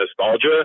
nostalgia